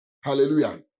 Hallelujah